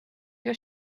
your